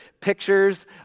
pictures